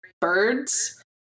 birds